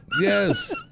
Yes